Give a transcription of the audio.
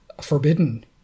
forbidden